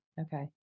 Okay